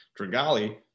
Dragali